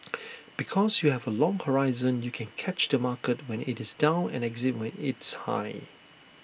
because you have A long horizon you can catch the market when IT is down and exit when it's high